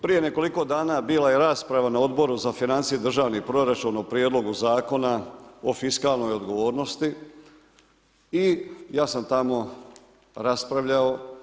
Prije nekoliko dana bila je rasprava na Odboru za financije i državni proračun o prijedlogu Zakona o fiskalnoj odgovornosti i ja sam tamo raspravljao.